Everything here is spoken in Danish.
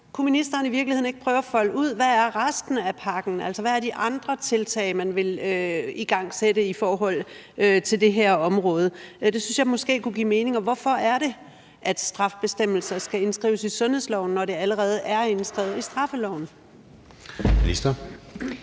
virkeligheden ikke prøve at folde ud, hvad resten af pakken er? Altså, hvad er de andre tiltag, man vil igangsætte i forhold til det her område? Det synes jeg måske kunne give mening. Og hvorfor er det, at straffebestemmelser skal indskrives i sundhedsloven, når det allerede er indskrevet i straffeloven? Kl.